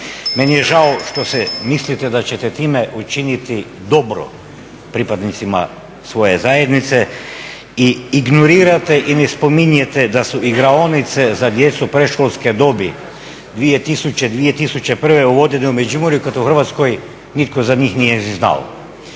Meni je žao što se mislite da ćete time učiniti dobro pripadnicima svoje zajednice i ignorirate i ne spominjete da su igraonice za djecu predškolske dobi 2000., 2001. uvedene u Međimurju kad u Hrvatskoj nitko za njih nije ni znao.